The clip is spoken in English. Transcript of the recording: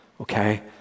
okay